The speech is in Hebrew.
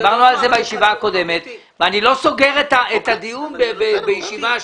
דיברנו על זה בישיבה הקודמת ואני לא סוגר את הדיון בישיבה אחת,